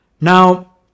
Now